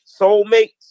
soulmates